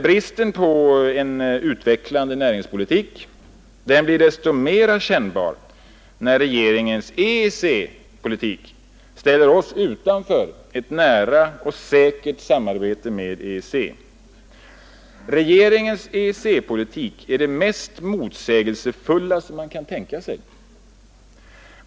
Bristen på en utvecklande näringspolitik blir desto mera kännbar när regeringens EEC-politik ställer oss utanför ett nära och säkert samarbete med EEC. Regeringens EEC-politik är det mest motsägelsefulla som kan tänkas.